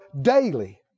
daily